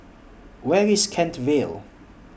Where IS Kent Vale